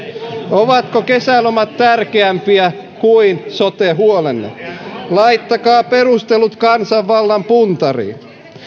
ovatko kesälomat tärkeämpiä kuin sote huolenne laittakaa perustelut kansanvallan puntariin